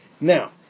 Now